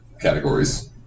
categories